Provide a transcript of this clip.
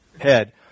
head